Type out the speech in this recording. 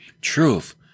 truth